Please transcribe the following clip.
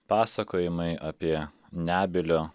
pasakojimai apie nebylio